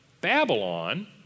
Babylon